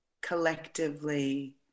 collectively